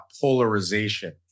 polarization